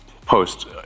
post